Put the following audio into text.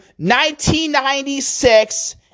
1996